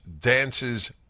Dance's